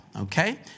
okay